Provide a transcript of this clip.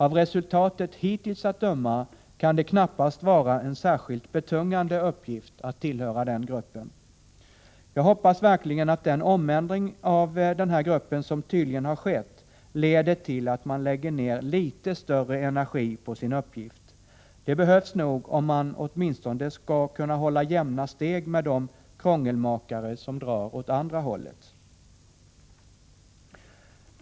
Av resultatet hittills att döma kan det knappast vara en särskilt betungande uppgift att tillhöra den gruppen. Jag hoppas verkligen att den omändring av den här gruppen som tydligen har skett leder till att man lägger ner litet större energi på sin uppgift. Det behövs nog om man åtminstone skall kunna hålla jämna steg med de krångelmakare som drar åt andra hållet.